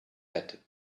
head